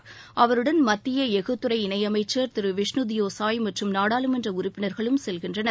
துறை இணை அவருடன் மக்கிய எஃகு அமைச்சர் திரு விஷ்ணுதியோ சாய் மற்றும் நாடாளுமன்ற உறுப்பினர்களும் செல்கின்றனர்